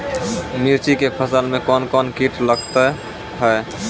मिर्ची के फसल मे कौन कौन कीट लगते हैं?